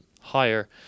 higher